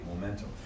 momentum